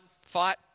fight